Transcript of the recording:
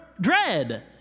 dread